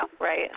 Right